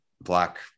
Black